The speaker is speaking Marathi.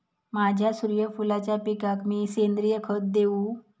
माझ्या सूर्यफुलाच्या पिकाक मी सेंद्रिय खत देवू?